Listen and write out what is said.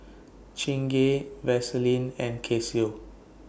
Chingay Vaseline and Casio